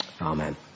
Amen